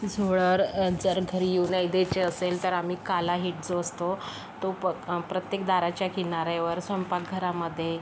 झुळर जर घरी येऊ नाही द्यायचं असेल तर आम्ही काला हिट जो असतो तो प प्रत्येक दाराच्या किनाऱ्यावर स्वयंपाक घरामध्ये